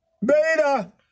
Beta